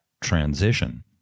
transition